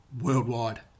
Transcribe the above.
worldwide